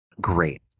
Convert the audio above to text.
Great